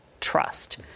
trust